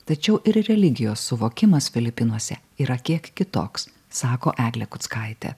tačiau ir religijos suvokimas filipinuose yra kiek kitoks sako eglė kuckaitė